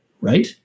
Right